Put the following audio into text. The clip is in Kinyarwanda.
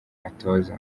atoza